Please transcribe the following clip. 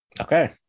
Okay